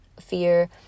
fear